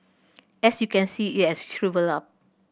as you can see it has shrivelled up